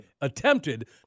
attempted